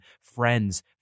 friends